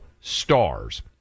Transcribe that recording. stars